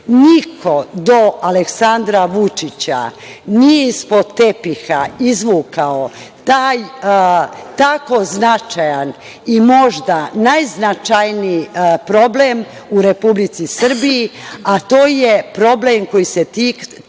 do Aleksandra Vučića nije ispod tepiha izvukao tako značajan i možda najznačajniji problem u Republici Srbiji, a to je problem koji se ticao